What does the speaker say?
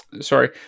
Sorry